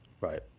Right